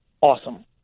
awesome